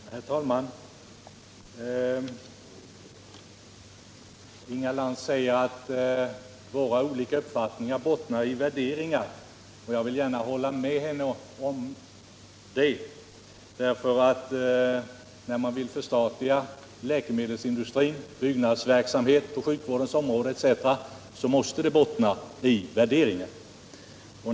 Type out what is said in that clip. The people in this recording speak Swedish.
Herr talman! Inga Lantz säger att våra olika uppfattningar bottnar i värderingar. Jag vill gärna hålla med henne om det. När man vill förstatliga läkemedelsindustri och byggnadsverksamhet på sjukvårdens område etc., måste det bottna i värderingar.